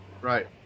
Right